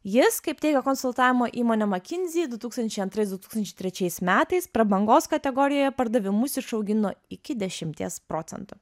jis kaip teigia konsultavimo įmonė mckinsey du tūkstančiai antrais du tūkstančiai trečiais metais prabangos kategorijoje pardavimus išaugino iki dešimties procentų